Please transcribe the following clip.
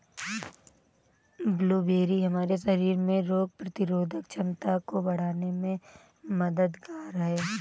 blueberry हमारे शरीर में रोग प्रतिरोधक क्षमता को बढ़ाने में मददगार है